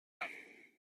die